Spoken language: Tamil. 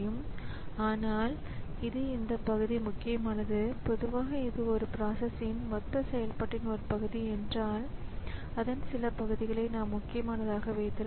பின் இந்த மெமரி கண்ட்ரோலர் இந்தக் கோரிக்கைகளுக்கு அவற்றிடம் இருக்கும் தனிப்பட்ட ஸிபியு மற்றும் டேட்டாவை பொறுத்து எவ்வாறு சேவையை வழங்குவது என்பதை ஒவ்வொன்றாக தீர்மானிக்கும்